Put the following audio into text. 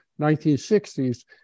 1960s